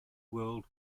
world